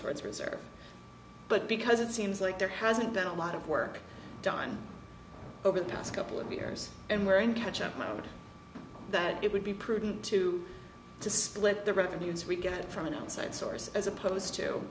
towards reserves but because it seems like there hasn't been a lot of work done over the last couple of years and we're in catch up mode that it would be prudent to to split the revenues we get from an outside source as opposed to